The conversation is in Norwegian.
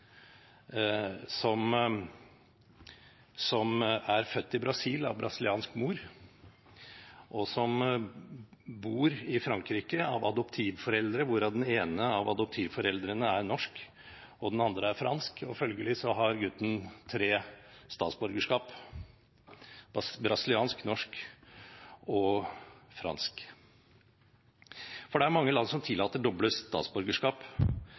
som er født i Brasil av en brasiliansk mor, og som bor i Frankrike og har adoptivforeldre, hvorav den ene adoptivforelderen er norsk og den andre er fransk. Følgelig har gutten tre statsborgerskap: brasiliansk, norsk og fransk. Det er mange land som tillater doble statsborgerskap,